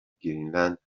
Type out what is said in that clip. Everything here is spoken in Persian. گرینلند